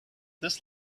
this